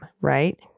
right